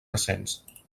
recents